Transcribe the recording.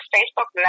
Facebook